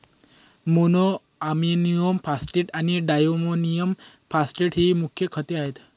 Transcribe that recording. monoammonium phosphate आणि diammonium phosphate ही मुख्य खते आहेत